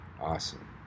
Awesome